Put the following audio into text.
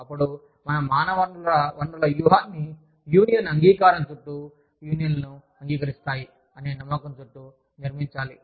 అప్పుడు మన మానవ వనరుల వ్యూహాన్ని యూనియన్ అంగీకారం చుట్టూ యూనియన్లు అంగీకరిస్తాయి అనే నమ్మకం చుట్టూ నిర్మించాలి